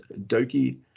Doki